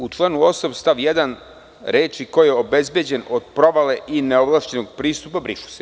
U članu 8. stav 1. reči: „ko je obezbeđen od provale i neovlašćenog pristupa“ brišu se.